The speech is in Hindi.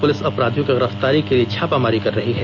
पुलिस अपराधियों की गिरफ्तारी के लिए छापामारी कर रही है